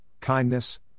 kindness